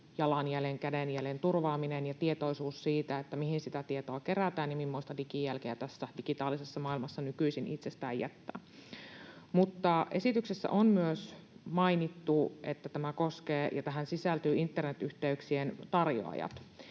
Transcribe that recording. digijalanjäljen, -kädenjäljen turvaaminen ja tietoisuus siitä, mihin sitä tietoa kerätään ja mimmoista digijälkeä tässä digitaalisessa maailmassa nykyisin itsestään jättää. Mutta esityksessä on myös mainittu, että tämä koskee ja tähän sisältyy internetyhteyksien tarjoajat.